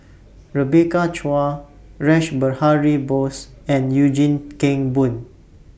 Rebecca Chua Rash Behari Bose and Eugene Kheng Boon